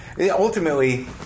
Ultimately